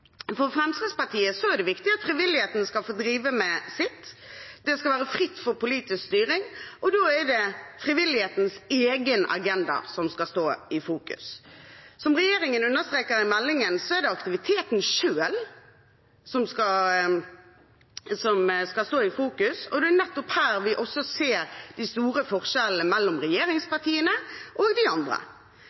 For Fremskrittspartiet er det viktig at frivilligheten skal få drive med sitt. Det skal være fritt for politisk styring. Da er det frivillighetens egen agenda som skal stå i fokus. Som regjeringen understreker i meldingen, er det aktiviteten selv som skal stå i fokus, og det er nettopp her vi ser de store forskjellene mellom regjeringspartiene og de andre.